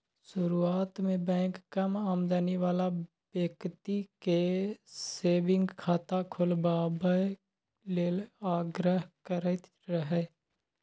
शुरुआत मे बैंक कम आमदनी बला बेकती केँ सेबिंग खाता खोलबाबए लेल आग्रह करैत रहय